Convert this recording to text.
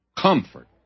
comfort